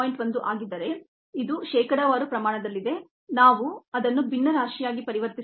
1 ಆಗಿದ್ದರೆ ಇದು ಶೇಕಡಾವಾರು ಪ್ರಮಾಣದಲ್ಲಿದೆ ನಾವು ಅದನ್ನು ಭಿನ್ನರಾಶಿಯಾಗಿ ಪರಿವರ್ತಿಸಿದರೆ ಇದು 0